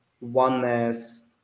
oneness